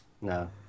No